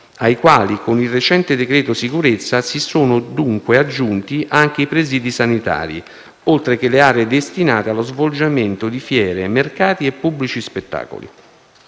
ai quali, con il recente decreto sicurezza, si sono dunque aggiunti anche i presidi sanitari (oltre che le aree destinate allo svolgimento di fiere, mercati e pubblici spettacoli).